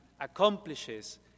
accomplishes